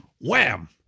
Wham